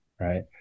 Right